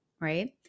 right